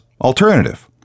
Alternative